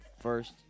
First